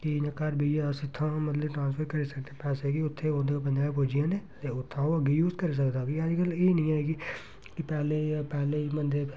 इ'यां घर बेहियै अस इत्थें मतलब ट्रांसफर करी सकनें पैसें उत्थें ओह्दे बंदे पुज्जी जंदे ते उत्थुआं ओह् अग्गें यूज़ करी सकदा ते अज्जकल एह् नी ऐ कि कि पैह्ले पैह्ले बंदे